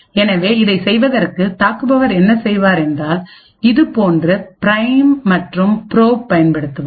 எனவே இதைச் செய்வதற்கு தாக்குபவர் என்ன செய்வார் என்றால்இதுபோன்று பிரைம் மற்றும் ப்ரோப் பயன்படுத்துவார்